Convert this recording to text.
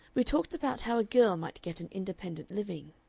we talked about how a girl might get an independent living.